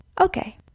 Okay